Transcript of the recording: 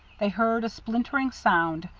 they heard a splintering sound,